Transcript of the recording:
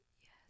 Yes